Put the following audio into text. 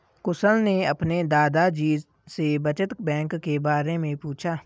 कुशल ने अपने दादा जी से बचत बैंक के बारे में पूछा